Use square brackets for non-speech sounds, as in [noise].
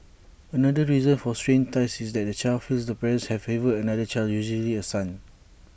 another reason for strained ties is that the child feels the parent has favoured another child usually A son [noise]